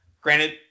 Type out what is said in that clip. Granted